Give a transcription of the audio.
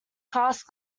cast